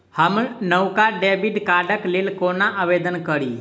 हम नवका डेबिट कार्डक लेल कोना आवेदन करी?